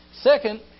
Second